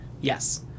Yes